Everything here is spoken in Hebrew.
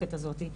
למעטפת הזאתי.